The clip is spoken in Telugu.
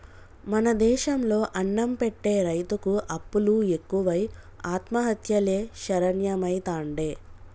మన దేశం లో అన్నం పెట్టె రైతుకు అప్పులు ఎక్కువై ఆత్మహత్యలే శరణ్యమైతాండే